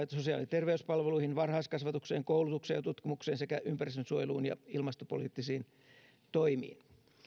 terveyspalveluihin varhaiskasvatukseen koulutukseen ja tutkimukseen sekä ympäristönsuojeluun ja ilmastopoliittisiin toimiin